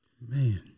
Man